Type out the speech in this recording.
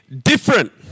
different